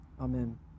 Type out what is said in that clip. Amen